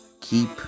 Keep